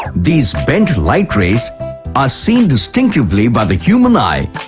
these bent light rays are seen distinctively by the human eye.